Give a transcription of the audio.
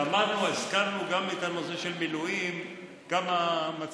אמרנו, הזכרנו גם את הנושא של מילואים, כמה מצבים,